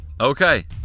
Okay